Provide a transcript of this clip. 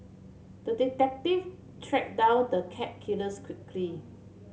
the detective tracked down the cat killers quickly